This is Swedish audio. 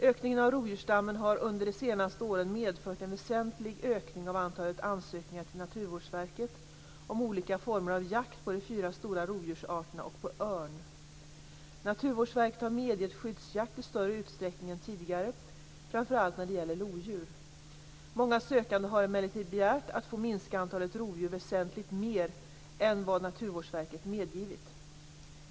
Ökningen av rovdjursstammen har under de senaste åren medfört en väsentlig ökning av antalet ansökningar till Naturvårdsverket om olika former av jakt på de fyra stora rovdjursarterna och på örn. Naturvårdsverket har medgett skyddsjakt i större utsträckning än tidigare, framför allt när det gäller lodjur. Många sökanden har emellertid begärt att få minska antalet rovdjur väsentligt mer än vad Naturvårdsverket medgivit.